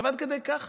זה עד כדי כך